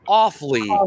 awfully